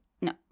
No